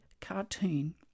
cartoon